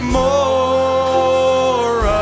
more